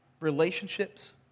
relationships